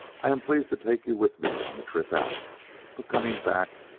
i am pleased to take you with me on the trip out but coming back,